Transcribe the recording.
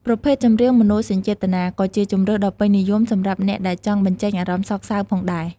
ប្រភេទចម្រៀងមនោសញ្ចេតនា ក៏ជាជម្រើសដ៏ពេញនិយមសម្រាប់អ្នកដែលចង់បញ្ចេញអារម្មណ៍សោកសៅផងដែរ។